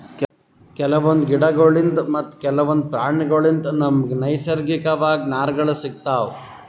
ಕೆಲವೊಂದ್ ಗಿಡಗೋಳ್ಳಿನ್ದ್ ಮತ್ತ್ ಕೆಲವೊಂದ್ ಪ್ರಾಣಿಗೋಳ್ಳಿನ್ದ್ ನಮ್ಗ್ ನೈಸರ್ಗಿಕವಾಗ್ ನಾರ್ಗಳ್ ಸಿಗತಾವ್